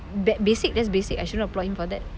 that basic that's basic I should not applaud him for that